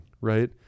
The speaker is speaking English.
right